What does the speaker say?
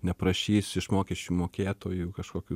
neprašys iš mokesčių mokėtojų kažkokių